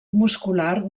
muscular